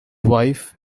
wife